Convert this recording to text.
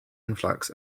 influx